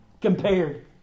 compared